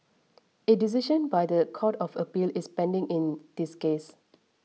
a decision by the Court of Appeal is pending in this case